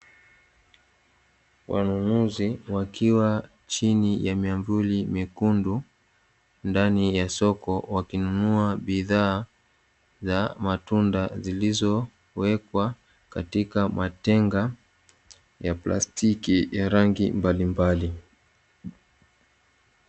Wanunuzi wakiwa chini ya miamvuli mekundu ndani ya soko wakinunua bidhaa za matunda zilizowekwa katika matenga ya plastiki ya rangi mbalimbali.